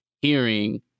hearing